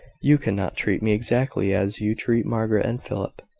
you could not treat me exactly as you treat margaret and philip.